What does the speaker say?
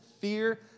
fear